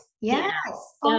yes